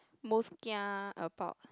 most kia about